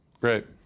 Great